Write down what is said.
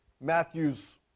Matthew's